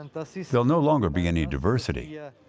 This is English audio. they'll so they'll no longer be any diversity. yeah